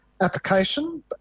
application